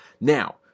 Now